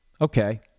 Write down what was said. Okay